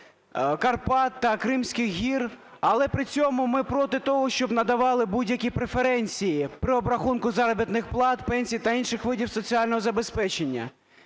Карпат та Кримських гір. Але при цьому ми проти того, щоб надавали будь-які преференції при обрахунку заробітних плат, пенсій та інших видів соціального забезпечення.